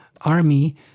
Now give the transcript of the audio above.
army